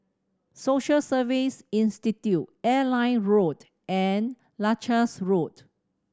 Social Service Institute Airline Road and Leuchars Road